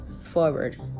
forward